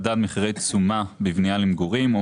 מדד מחירי תשומה בבנייה למגורים או